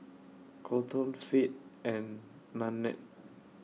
Kolton Fate and Nannette